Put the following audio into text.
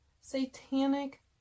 satanic